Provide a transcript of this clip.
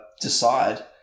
decide